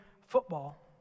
football